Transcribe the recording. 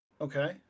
Okay